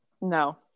no